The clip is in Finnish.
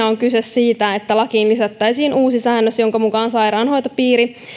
on kyse siitä että lakiin lisättäisiin uusi säännös jonka mukaan sairaanhoitopiiri